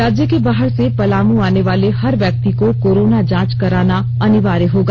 राज्य के बाहर से पलाम आने वाले हर व्यक्ति को कोरोना जांच कराना अनिवार्य होगा